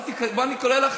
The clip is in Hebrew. אני קורא לך